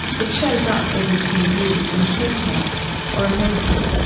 it shows up every few years in a hair product or a medicine,